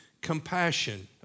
compassion